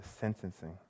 sentencing